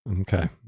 Okay